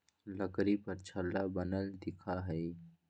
लकड़ी पर छल्ला बनल दिखा हई